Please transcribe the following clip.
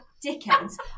Dickens